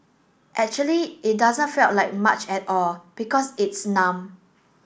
actually it doesn't felt like much at all because it's numb